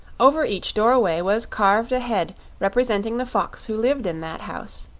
over each doorway was carved a head representing the fox who lived in that house,